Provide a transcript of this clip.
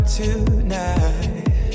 tonight